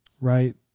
right